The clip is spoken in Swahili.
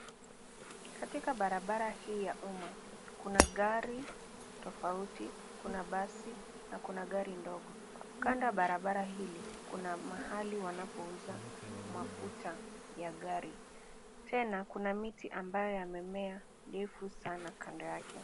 Katika barabara hii ya umma kuna gari tofauti, kuna basi na kuna gari ndogo. Kando ya barabara hili kuna mahali wanapouza mafuta ya gari. Tena kuna miti ambayo yamemea ndefu sana kando yake.